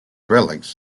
relics